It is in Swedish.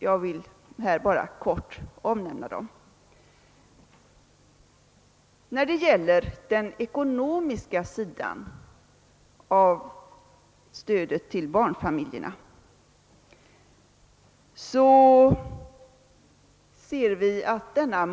Jag vill här bara kortfattat omnämna dem.